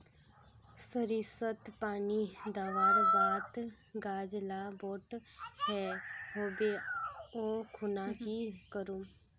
सरिसत पानी दवर बात गाज ला बोट है होबे ओ खुना की करूम?